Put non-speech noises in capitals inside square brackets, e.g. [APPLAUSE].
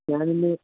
[UNINTELLIGIBLE]